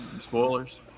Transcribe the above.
Spoilers